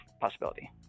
possibility